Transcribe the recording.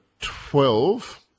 twelve